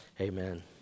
amen